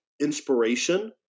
inspiration